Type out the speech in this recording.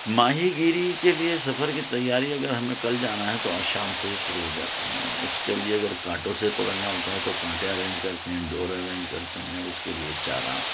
ماہی گیری کے لیے سفر کی تیاری اگر ہمیں کل جانا ہے تو آج شام سے ہی شروع ہو جاتی ہیں اس کے لیے اگر کانٹوں سے پکڑنا ہوتا ہے تو کانٹے ارینج کرتے ہیں ڈور ارینج کرتے ہیں اس کے لیے چارہ